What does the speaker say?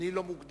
ההצעה